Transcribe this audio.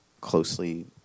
closely